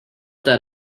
that